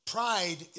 Pride